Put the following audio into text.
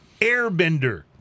Airbender